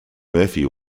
murphy